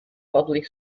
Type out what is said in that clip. public